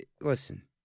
Listen